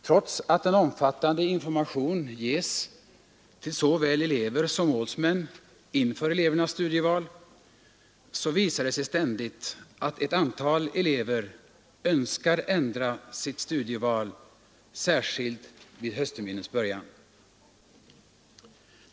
Trots att en omfattande information ges till såväl elever som målsmän inför elevernas studieval visar det sig ständigt att ett antal elever önskar ändra sitt studieval, särskilt vid höstterminens början.